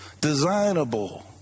designable